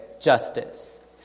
justice